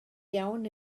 iawn